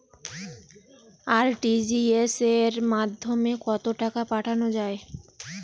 RTGS এর মাধ্যমে কত টাকা পাঠানো যায়?